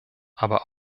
aber